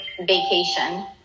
vacation